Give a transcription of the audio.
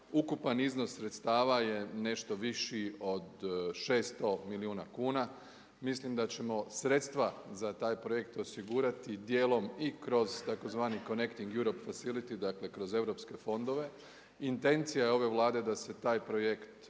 Ukupan iznos sredstava je nešto viši od 600 milijuna kuna. Mislim da ćemo sredstva za taj projekt osigurati dijelom i kroz tzv. Conecting Europe Facility, dakle kroz europske fondove. Intencija je ove Vlade da se taj projekt u